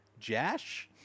Jash